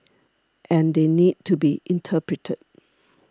and they need to be interpreted